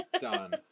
done